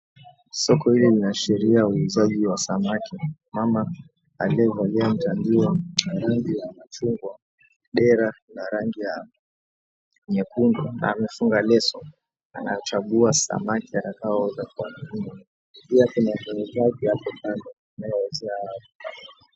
Soko hili linaashiria muuzaji wa samaki mama aliyevalia rangi ya machungwa dera na rangi ya nyekundu na amefunga leso anachagua samaki atakao uza pia kuna mwenzake apo kando anayeuzia watu.